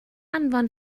anfon